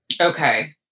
okay